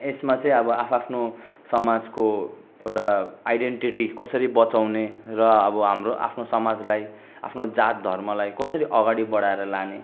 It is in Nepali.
यसमा चाहिँ अब आफ् आफ्नो समाजको एउटा आइडेन्टिटी कसरी बचाउने र अब हाम्रो आफ्नो समाजलाई आफ्नो जात धर्मलाई कसरी अगाडि बढाएर लाने